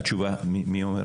מי אומרת?